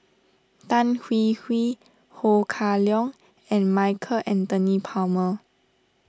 Tan Hwee Hwee Ho Kah Leong and Michael Anthony Palmer